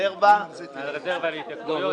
מהרזרבה להתייקרויות.